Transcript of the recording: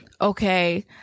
okay